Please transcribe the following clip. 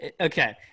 okay